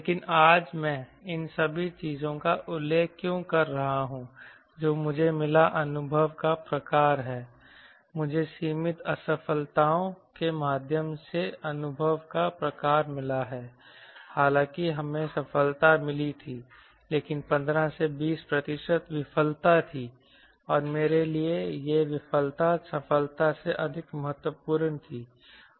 लेकिन आज मैं इन सभी चीजों का उल्लेख क्यों कर रहा हूं जो मुझे मिला अनुभव का प्रकार है मुझे सीमित असफलताओं के माध्यम से अनुभव का प्रकार मिला है हालांकि हमें सफलता मिली थी लेकिन 15 से 20 प्रतिशत विफलता थी और मेरे लिए यह विफलता सफलता से अधिक महत्वपूर्ण थी